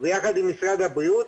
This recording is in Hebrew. ויחד עם משרד הבריאות,